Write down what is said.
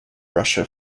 russia